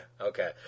okay